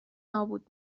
نابود